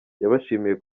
yabashimiye